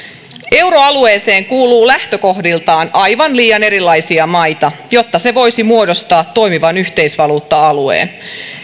euroalueeseen kuuluu lähtökohdiltaan aivan liian erilaisia maita jotta se voisi muodostaa toimivan yhteisvaluutta alueen